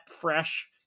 fresh